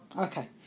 Okay